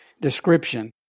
description